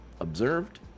observed